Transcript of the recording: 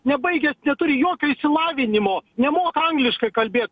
nebaigęs neturi jokio išsilavinimo nemoka angliškai kalbėt